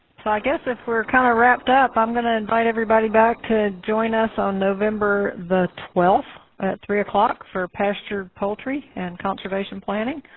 so i guess if we're kind of wrapped up, i'm going to invite everybody back to join us on november the twelfth at three o'clock for pastured poultry and conservation planing.